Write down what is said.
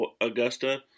Augusta